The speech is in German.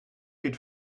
geht